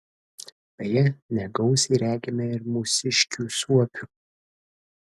beje negausiai regime ir mūsiškių suopių